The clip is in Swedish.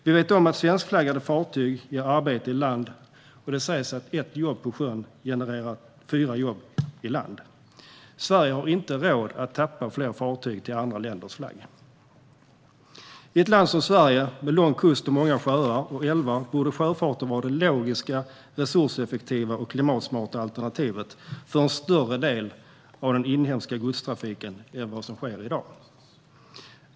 Vi vet om att svenskflaggade fartyg ger arbete i land, och det sägs att ett jobb på sjön genererar fyra jobb i land. Sverige har inte råd att tappa fler fartyg till andra länders flagg. I ett land som Sverige, med lång kust och många sjöar och älvar, borde sjöfarten vara det logiska, resurseffektiva och klimatsmarta alternativet för en större del av den inhemska godstrafiken än vad den är i dag.